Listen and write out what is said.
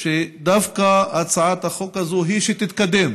שדווקא הצעת החוק הזאת היא שתתקדם